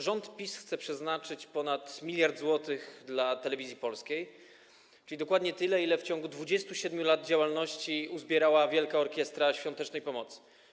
Rząd PiS chce przeznaczyć ponad 1 mld zł dla Telewizji Polskiej, czyli dokładnie tyle, ile w ciągu 27 lat działalności uzbierała Wielka Orkiestra Świątecznej Pomocy.